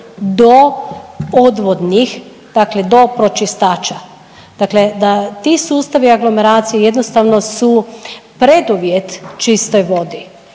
do odvodnih dakle do pročistača. Dakle, da ti sustavi aglomeracije jednostavno su preduvjet čistoj vodi.